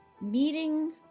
meeting